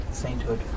sainthood